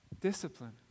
Discipline